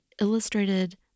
Illustrated